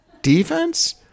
defense